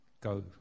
go